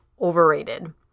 overrated